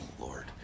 Lord